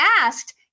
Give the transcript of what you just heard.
asked